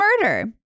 murder